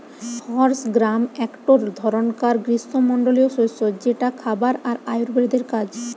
horse gram একটো ধরণকার গ্রীস্মমন্ডলীয় শস্য যেটা খাবার আর আয়ুর্বেদের কাজ